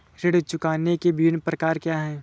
ऋण चुकाने के विभिन्न प्रकार क्या हैं?